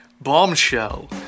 bombshell